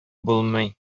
булмый